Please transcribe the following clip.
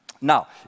Now